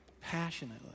Passionately